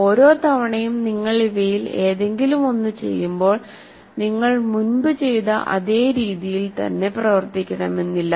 ഓരോ തവണയും നിങ്ങൾ ഇവയിൽ ഏതെങ്കിലും ഒന്ന് ചെയ്യുമ്പോൾ നിങ്ങൾ മുൻപ് ചെയ്ത അതേ രീതിയിൽ തന്നെ പ്രവർത്തിക്കണമെന്നില്ല